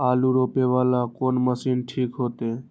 आलू रोपे वाला कोन मशीन ठीक होते?